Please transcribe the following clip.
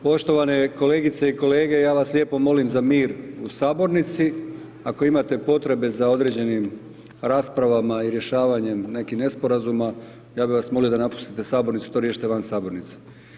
Poštovane kolegice i kolege, ja vas lijepo molim za mir u sabornici, ako imate potrebe za određenim raspravama i rješavanjem nekih nesporazuma, ja bih vas molio da napustite sabornicu i to riješite van sabornice.